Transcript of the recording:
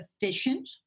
efficient